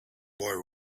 boy